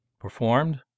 Performed